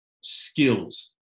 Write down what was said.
skills